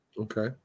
Okay